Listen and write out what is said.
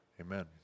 amen